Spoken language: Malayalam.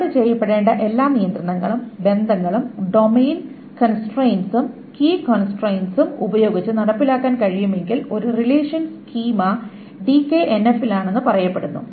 ഹോൾഡ് ചെയ്യപ്പെടേണ്ട എല്ലാ നിയന്ത്രണങ്ങളും ബന്ധങ്ങളും ഡൊമെയ്ൻ കോൺസ്ട്രയിന്റ്സും കീ കോൺസ്ട്രയിന്റ്സും ഉപയോഗിച്ച് നടപ്പിലാക്കാൻ കഴിയുമെങ്കിൽ ഒരു റിലേഷൻ സ്കീമ ഡികെഎൻഎഫിലാണെന്ന് പറയപ്പെടുന്നു